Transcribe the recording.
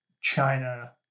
China